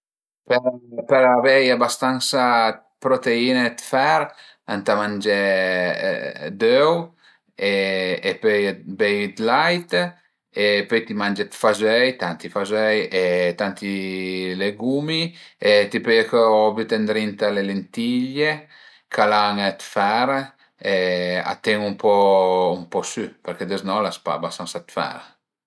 Për avei abastansa proteine e dë fer ëntà mangé d'öu e pöi beivi d'lait e pöi ti mange d'fazöi, tanti fazöi e tanti legumi e ti pöle co büté ëndrinta le lentiglie ch'al an dë fer e a tenu ën po ën po sü, përché dezno l'as pa bastansa dë fer